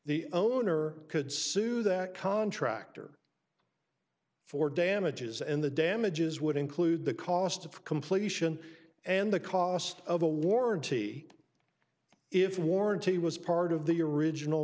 the owner could soon that contractor for damages and the damages would include the cost of completion and the cost of a warranty if warranty was part of the original